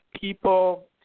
people